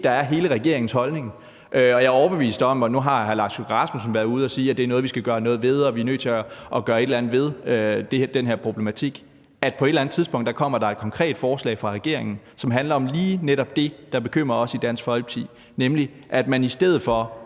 på er hele regeringens holdning. Nu har udenrigsministeren jo været ude at sige, at det er noget, vi er nødt til at gøre noget ved, og at vi er nødt til at gøre noget ved den her problematik, og jeg er overbevist om, at på et eller andet tidspunkt kommer der et konkret forslag fra regeringen, som handler om lige netop det, der bekymrer os i Dansk Folkeparti, nemlig at man i stedet for